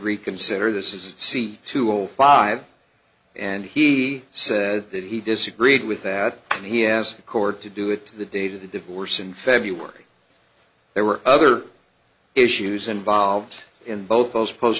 reconsider this is seek to rule five and he said that he disagreed with that and he has the court to do it the date of the divorce in february there were other issues involved in both those post